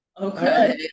okay